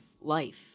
life